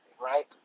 Right